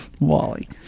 wally